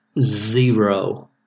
zero